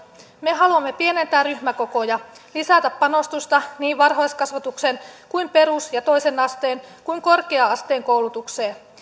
me haluamme pienentää ryhmäkokoja lisätä panostusta niin varhaiskasvatukseen kuin perus ja toisen asteen kuin korkea asteen koulutukseen